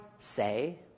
say